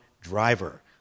driver